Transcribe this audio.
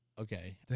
Okay